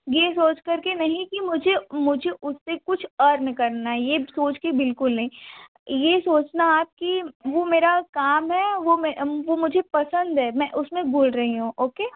ये सोच कर के नहीं कि मुझे मुझे उससे कुछ अर्न करना है ये सोच के बिल्कुल नहीं ये सोचना आप कि वो मेरा काम है वो वो मुझे पसंद है मैं उसमें बोल रही हूँ ओके